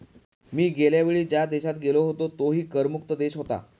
मी गेल्या वेळी ज्या देशात गेलो होतो तोही कर मुक्त देश होता